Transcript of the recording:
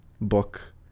book